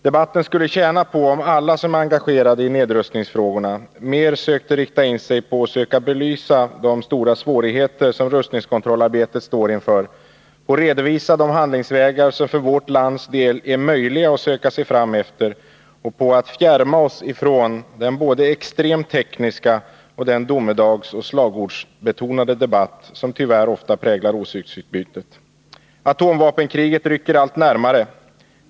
Debatten skulle tjäna på om alla som är engagerade i nedrustningsfrågorna mer sökte rikta in sig på att belysa de svårigheter som rustningskontrollarbetet står inför, på att redovisa de handlingsvägar som för vårt lands del är möjliga att söka sig fram efter och på att fjärma oss ifrån både den extremt tekniska och den domedagsoch slagordsbetonade debatt som tyvärr nu ofta präglar åsiktsutbytet. ”Atomvapenkriget rycker allt närmare”, framhåller Maj Britt Theorin.